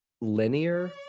linear